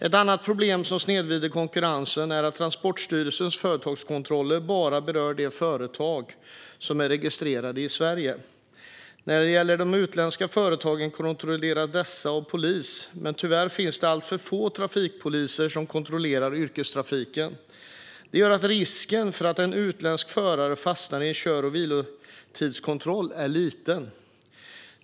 Ett annat problem som snedvrider konkurrensen är att Transportstyrelsens företagskontroller bara berör de företag som är registrerade i Sverige. De utländska företagen kontrolleras av polis, men tyvärr finns det alltför få trafikpoliser som kontrollerar yrkestrafiken. Det gör att risken för en utländsk förare att fastna i en kör och vilotidskontroll är liten.